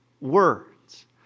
words